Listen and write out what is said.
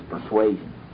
Persuasion